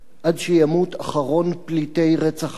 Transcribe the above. עד שימות אחרון פליטי רצח העם